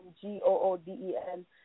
G-O-O-D-E-N